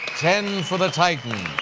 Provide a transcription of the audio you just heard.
ten for the titans.